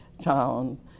town